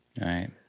Right